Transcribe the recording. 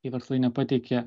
kai verslai nepateikia